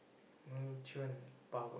mutant power